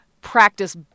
practice